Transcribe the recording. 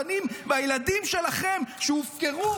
הבנים והילדים שלכם שהופקרו,